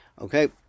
Okay